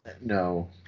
No